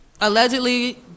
Allegedly